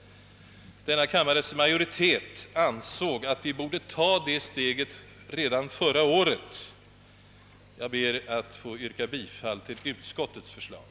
Denna kammares majoritet ansåg redan förra året att vi borde ta detta steg. Jag ber att få yrka bifall till utskottets hemställan.